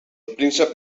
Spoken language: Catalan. príncep